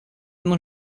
não